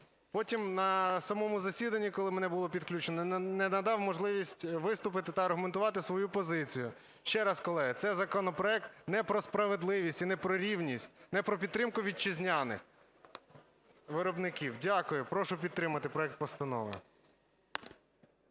Потім на самому засіданні комітету, коли не було підключено, не надав можливість виступити та аргументувати свою позицію. Ще раз, колеги, це законопроект не про справедливість і не про рівність, не про підтримку вітчизняних виробників. Дякую. Прошу підтримати проект Постанови.